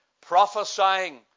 prophesying